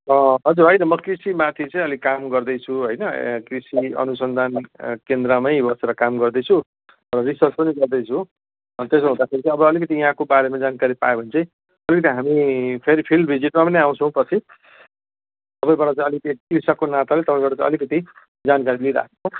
अँ हजुर होइन म कृषिमाथि चाहिँ अलिक काम गर्दैछु होइन कृषि अनुसन्धान केन्द्रमै बसेर काम गर्दैछु रिसर्च पनि गर्दैछु अन् त्यसो हुँदाखेरि चाहिँ अब अलिकति यहाँको बारेमा जानकारी पाएँ भने चाहिँ अलिकति हामी फेरि फिल्ड भिजिटमा पनि आउँछौँ पछि तपाईँबाट चाहिँ अलिकति कृषकको नाताले तपाईँबाट चाहिँ अलिकति जानकारी लिइराखेको